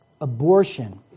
Abortion